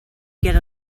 get